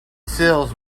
seals